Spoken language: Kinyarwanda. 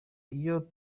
icyo